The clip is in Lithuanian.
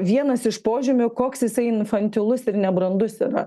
vienas iš požymių koks jisai infantilus ir nebrandus yra